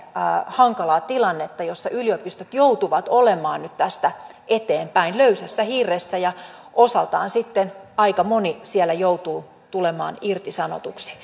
hankalaa tilannetta jossa yliopistot joutuvat olemaan nyt tästä eteenpäin löysässä hirressä ja osaltaan sitten aika moni siellä joutuu tulemaan irtisanotuksi